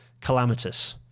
Calamitous